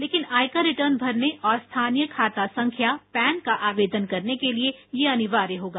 लेकिन आयकर रिटर्न भरने और स्थायी खाता संख्या पैन का आवेदन करने के लिए यह अनिवार्य होगा